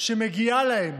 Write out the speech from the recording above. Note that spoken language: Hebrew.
שמגיעה להם